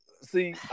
see